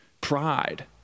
pride